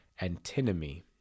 antinomy